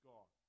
God